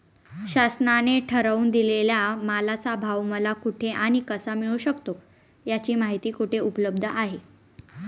शासनाने ठरवून दिलेल्या मालाचा भाव मला कुठे आणि कसा मिळू शकतो? याची माहिती कुठे उपलब्ध आहे?